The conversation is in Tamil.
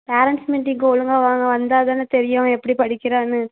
பேரன்ட்ஸ் மீட்டிங்க்கு ஒழுங்காக வாங்க வந்தால் தானே தெரியும் எப்படி படிக்கிறான்னு